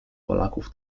polaków